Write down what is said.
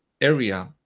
area